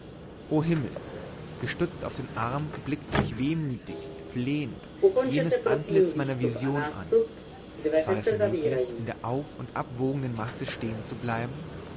o himmel gestützt auf den arm blickt mich wehmütig flehend jenes antlitz meiner vision an war es möglich in der auf und abwogenden masse stehenzubleiben in